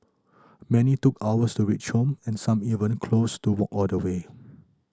many took hours to reach home and some even close to walk all the way